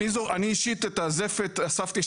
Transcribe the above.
אני אישית, את הזפת אספתי.